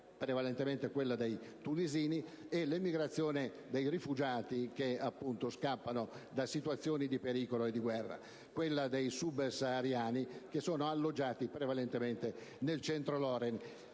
(prevalentemente quella dei tunisini) e l'immigrazione dei rifugiati che scappano da situazioni di pericolo e di guerre (quella dei subsahariani alloggiati prevalentemente nel centro-ex